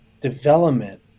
development